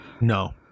No